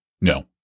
No